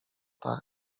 tak